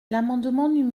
l’amendement